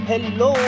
Hello